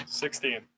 Sixteen